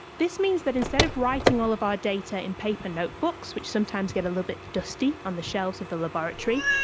this means that instead of writing all of our data in paper notebooks, which sometimes get a little bit dusty on the shelves of the laboratory,